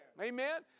Amen